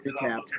recap